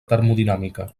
termodinàmica